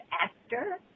actor